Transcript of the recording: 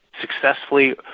successfully